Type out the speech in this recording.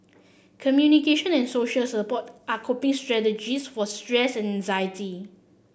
communication and social support are coping strategies for stress and anxiety